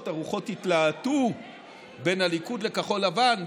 הרוחות התלהטו בין הליכוד לכחול לבן,